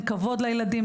אין כבוד לילדים,